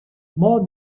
more